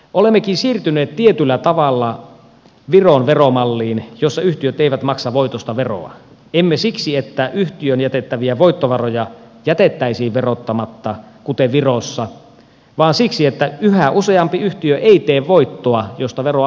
olemmekin siirtyneet tietyllä tavalla viron veromalliin jossa yhtiöt eivät maksa voitosta veroa emme siksi että yhtiöön jätettäviä voittovaroja jätettäisiin verottamatta kuten virossa vaan siksi että yhä useampi yhtiö ei tee voittoa josta veroa maksettaisiin